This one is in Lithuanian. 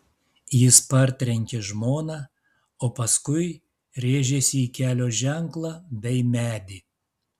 jis partrenkė žmoną o paskui rėžėsi į kelio ženklą bei medį